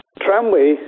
tramway